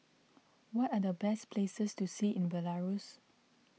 what are the best places to see in Belarus